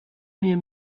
mir